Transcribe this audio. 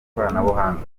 ikoranabuhanga